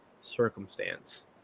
circumstance